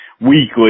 weekly